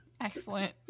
Excellent